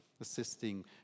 assisting